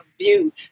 view